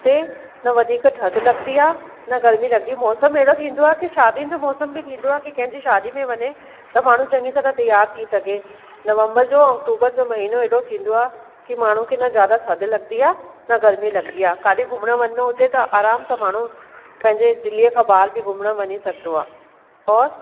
हुते न वधीक थदि लॻदी आ न वधीक गरमी लॻंदी आहे मौसम अहिड़ो थींदो आहे की शादियुनि जो मौसम बि थींदो आहे की कंहिंजी शादीअ में वञे त माण्हू चङी तरह त्यार थी सघे नवंबर जो ऐं अक्टूबर जो महीनो एॾो थींदो आहे की माण्हू खे न ज़्यादा थधि लॻदी आहे न गर्मी लॻंदी आहे काॾे घुमणु वञिणो हुजे त आराम सां माण्हू पंहिंजे दिल्लीअ खां ॿाहिरि बि घुमणु वञी थो सघंदो आहे और